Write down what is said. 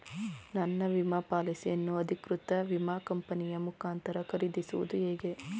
ನನ್ನ ವಿಮಾ ಪಾಲಿಸಿಯನ್ನು ಅಧಿಕೃತ ವಿಮಾ ಕಂಪನಿಯ ಮುಖಾಂತರ ಖರೀದಿಸುವುದು ಹೇಗೆ?